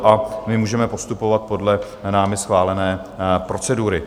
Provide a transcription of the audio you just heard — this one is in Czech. A my můžeme postupovat podle námi schválené procedury.